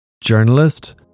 journalist